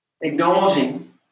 acknowledging